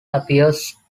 appears